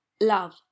Love